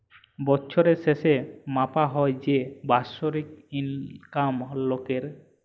বছরের শেসে মাপা হ্যয় যে বাৎসরিক ইলকাম লকের